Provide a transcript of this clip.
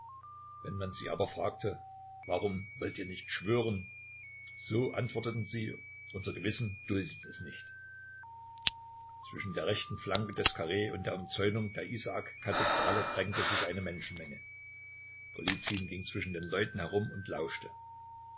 wenn man sie aber fragte warum wollt ihr nicht schwören so antworteten sie unser gewissen duldet es nicht zwischen der rechten flanke des karree und der umzäunung der isaakskathedrale drängte sich eine menschenmenge golizyn ging zwischen den leuten herum und lauschte